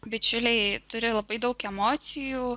bičiuliai turi labai daug emocijų